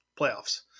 playoffs